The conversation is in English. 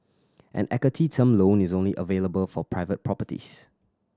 an equity term loan is only available for private properties